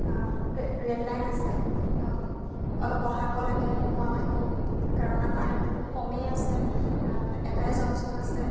rail line আছে অলপ বঢ়াব লাগে মই ভাবোঁ কাৰণ আমাৰ ইয়াত খুব কমেই আছে এটাই জংচন আছে